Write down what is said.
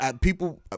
people